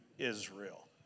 Israel